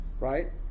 right